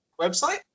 website